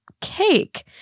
cake